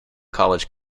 college